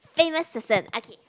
famous person okay